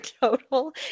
total